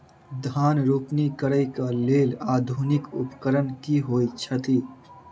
धान रोपनी करै कऽ लेल आधुनिक उपकरण की होइ छथि?